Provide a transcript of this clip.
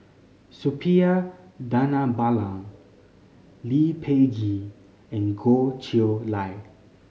Suppiah Dhanabalan Lee Peh Gee and Goh Chiew Lye